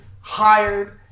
hired